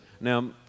Now